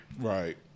Right